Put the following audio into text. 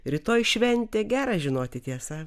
rytoj šventė gera žinoti tiesąa